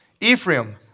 Ephraim